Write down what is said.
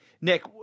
Nick